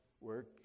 work